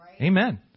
Amen